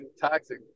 Toxic